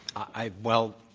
i well,